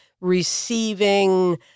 receiving